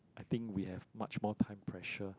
I think we have much more time pressure